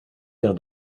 d’un